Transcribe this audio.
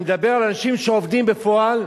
אני מדבר על אנשים שעובדים בפועל,